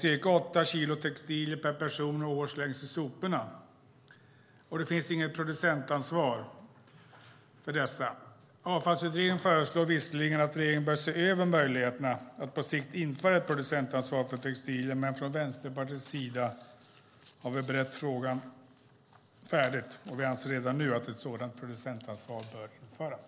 Cirka åtta kilo textilier per person och år slängs i soporna, men det finns inget producentansvar för dessa. Avfallsutredningen föreslår visserligen att regeringen ser över möjligheterna att på sikt införa ett producentansvar för textilier. Men från Vänsterpartiets sida har vi berett frågan färdigt, och vi anser redan nu att ett sådant producentansvar bör införas.